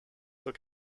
zur